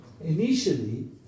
initially